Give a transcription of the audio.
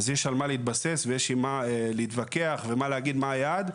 אז יש על מה להתבסס ויש עם מה להתווכח ומה להגיד מה היעד.